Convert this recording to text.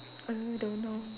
err don't know